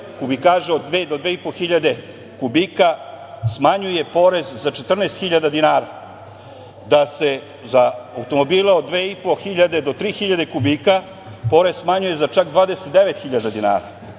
kubikaza od dve do dve i po hiljade kubika smanjuje porez za 14 hiljada dinara, da se za automobile od dve i po hiljade do tri hiljade kubika porez smanjuje za čak 29 hiljada dinara,